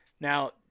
Now